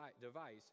device